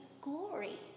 glory